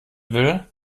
will